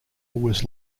was